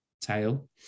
tail